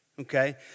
Okay